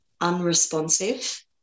unresponsive